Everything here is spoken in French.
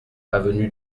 avenue